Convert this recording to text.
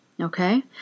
Okay